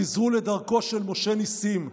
חזרו לדרכו של משה נסים.